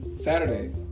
Saturday